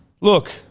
Look